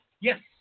Yes